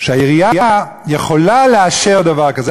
שהעירייה יכולה לאשר דבר כזה.